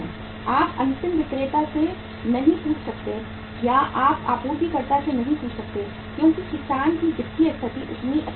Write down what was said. आप अंतिम विक्रेता से नहीं पूछ सकते या आप आपूर्तिकर्ता से नहीं पूछ सकते क्योंकि किसान की वित्तीय स्थिति उतनी अच्छी नहीं है